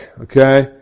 okay